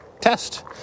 test